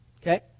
Okay